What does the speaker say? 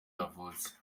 yavutse